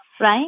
right